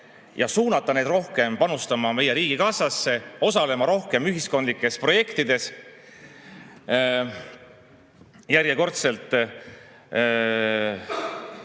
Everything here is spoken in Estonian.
et suunata neid rohkem panustama meie riigikassasse, osalema rohkem ühiskondlikes projektides, siis järjekordselt